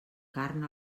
carn